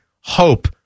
hope